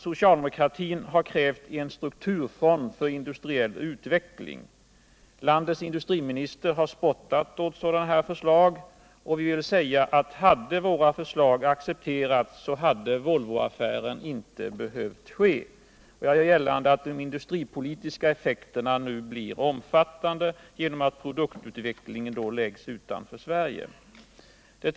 Socialdemokratin har krävt en strukturfond för industriell utveckling. Landets industriminister har spottat åt sådana förslag. Hade våra förslag accepterats, hade Volvoaffären inte behövt ske. Jag vill göra gällande att de industripolitiska effekterna nu blir omfattande, genom att produktutveck 3.